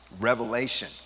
revelation